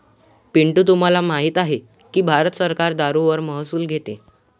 पिंटू तुम्हाला माहित आहे की भारत सरकार दारूवर महसूल घेते